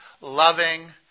loving